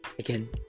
Again